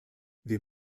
wir